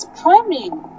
priming